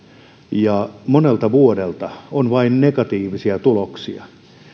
ja monelta vuodelta vain negatiivisia tuloksia